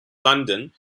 london